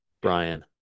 Brian